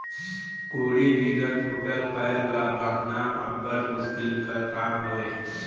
कोड़ी बिगर फूटल पाएर ल बाधना अब्बड़ मुसकिल कर काम हवे